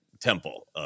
temple